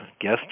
guest